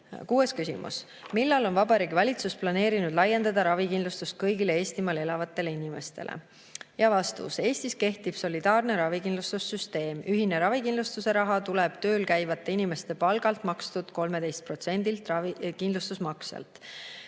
Kuues küsimus: "Millal on Vabariigi Valitsus planeerinud laiendada ravikindlustust kõigile Eestimaal elavatele inimestele?" Vastus. Eestis kehtib solidaarne ravikindlustussüsteem, ühine ravikindlustusraha tuleb tööl käivate inimeste palgalt makstud 13%‑lisest ravikindlustusmaksest.